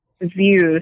views